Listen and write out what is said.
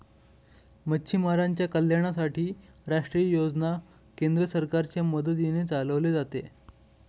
मच्छीमारांच्या कल्याणासाठी राष्ट्रीय योजना केंद्र सरकारच्या मदतीने चालवले जाते